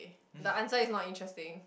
the answer is not interesting